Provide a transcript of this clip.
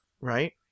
right